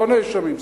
לא הנאשמים,